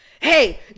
Hey